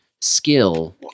skill